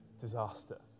disaster